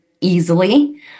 easily